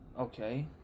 okay